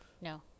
No